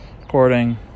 recording